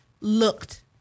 looked